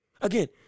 Again